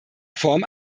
form